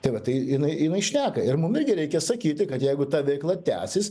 tai va tai jinai jinai šneka ir mum irgi reikia reikia sakyti kad jeigu ta veikla tęsis